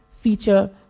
feature